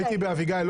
הייתי באביגיל.